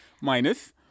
minus